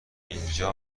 اینجا